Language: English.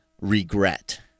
regret